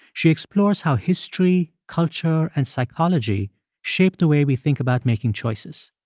she explores how history, culture and psychology shape the way we think about making choices.